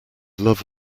love